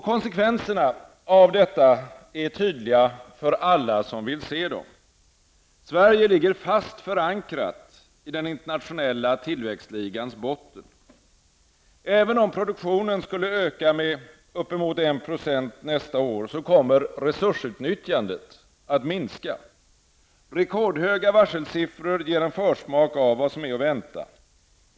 Konsekvenserna är tydliga för alla som vill se dem. Sverige ligger fast förankrat i den internationella tillväxtligans botten. Även om produktionen skulle öka med uppemot 1 % nästa år, kommer resursutnyttjandet att minska. Rekordhöga varselsiffror ger en försmak av vad som är att vänta.